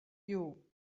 you